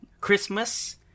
Christmas